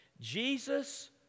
Jesus